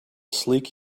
sleek